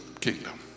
kingdom